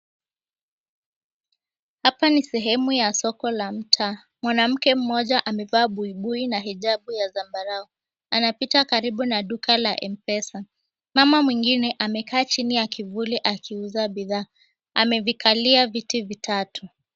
Hapa ni sehemu ya soko la mtaa, mwanamke mmoja amevaa buibui na hijabu ya zambarau, anapita karibu na duka la Mpesa. Mama mwingine amekaa chini ya kivuli akiuza bidhaa, amevikalia viti vitatu.